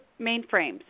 mainframes